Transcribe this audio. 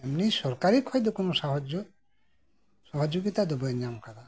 ᱮᱢᱱᱤ ᱥᱚᱨᱠᱟᱨᱤ ᱠᱷᱚᱡ ᱫᱚ ᱠᱳᱱᱳ ᱥᱟᱦᱟᱡᱳ ᱥᱚᱦᱚ ᱡᱳᱜᱤᱛᱟ ᱫᱚ ᱵᱟᱹᱧ ᱧᱟᱢ ᱟᱠᱟᱫᱟ